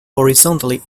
horizontally